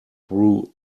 through